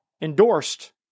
endorsed